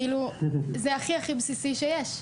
כאילו זה הכי הכי בסיסי שיש,